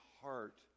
heart